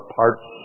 parts